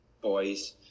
boys